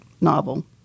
novel